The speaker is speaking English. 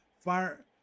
fire